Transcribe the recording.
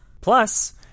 Plus